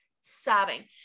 sobbing